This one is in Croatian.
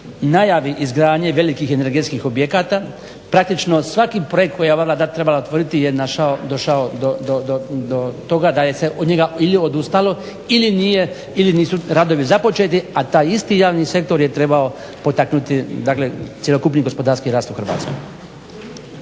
najavi izgradnje velikih energetskih objekata. Praktično svaki projekt koji je ova Vlada trebala otvoriti je došao do toga da se od njega ili odustalo ili nisu radovi započeti, a taj isti javni sektor je trebao potaknuti dakle cjelokupni gospodarski rast u Hrvatskoj.